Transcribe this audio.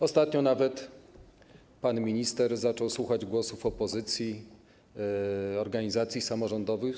Ostatnio nawet pan minister zaczął słuchać głosów opozycji, organizacji samorządowych.